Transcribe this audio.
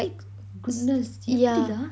goodness எப்பிடிலா:epidila